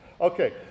Okay